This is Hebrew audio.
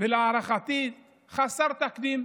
ולהערכתי חסר תקדים,